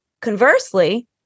conversely